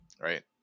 right